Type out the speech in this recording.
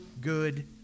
good